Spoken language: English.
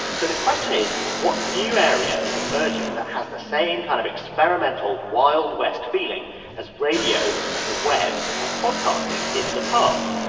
so the question is what new area is emerging that has the same kind of experimental wild west feeling as radio and the web and podcasting did in the past